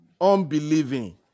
Unbelieving